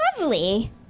lovely